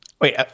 Wait